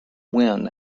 win